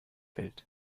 welt